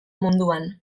munduan